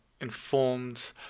informed